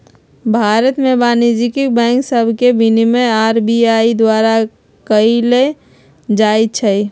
भारत में वाणिज्यिक बैंक सभके विनियमन आर.बी.आई द्वारा कएल जाइ छइ